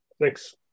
Thanks